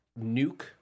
Nuke